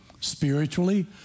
spiritually